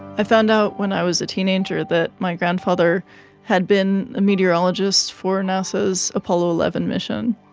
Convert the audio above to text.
i found out when i was a teenager that my grandfather had been a meteorologist for nasa's apollo eleven mission.